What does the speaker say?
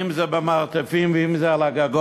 אם זה במרתפים ואם זה על הגגות.